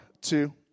two